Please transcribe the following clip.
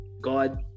god